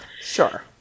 Sure